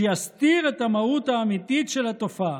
שיסתיר את המהות האמיתית של התופעה.